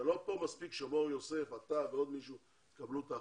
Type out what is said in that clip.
זה לא מור יוסף אתה או מישהו יקבלו את ההחלטות.